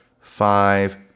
five